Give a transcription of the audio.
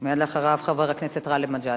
ומייד אחריו, חבר הכנסת גאלב מג'אדלה.